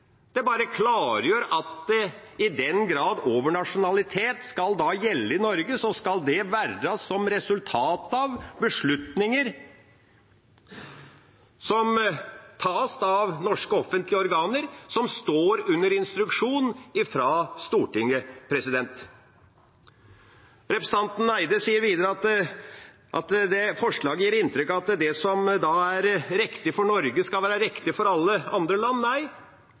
Det bare klargjør at i den grad overnasjonalitet skal gjelde i Norge, skal det være som et resultat av beslutninger som tas av norske offentlige organer som står under instruksjon fra Stortinget. Representanten Eide sa videre at forslaget gir inntrykk av at det som er riktig for Norge, skal være riktig for alle andre land. Nei,